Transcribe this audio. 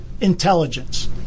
intelligence